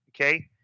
Okay